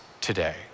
today